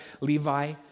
Levi